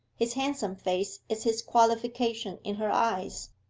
his handsome face is his qualification in her eyes.